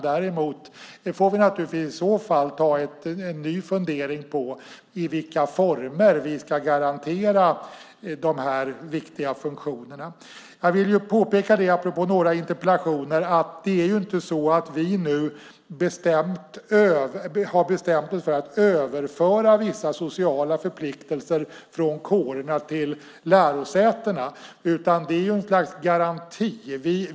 I så fall får vi naturligtvis ta en ny fundering på i vilka former vi ska garantera de här viktiga funktionerna. Apropå några interpellationer vill jag påpeka att det inte är så att vi nu har bestämt oss för att överföra vissa sociala förpliktelser från kårerna till lärosätena, utan det är ett slags garanti.